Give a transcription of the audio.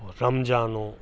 Ramzan